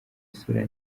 isura